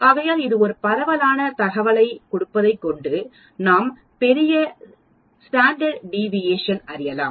ஆகையால் இது பரவலான தகவலை கொடுப்பதை கொண்டு நாம் பெரிய ஸ்டாண்டர்ட் டிவிஏஷன் அறியலாம்